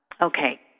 okay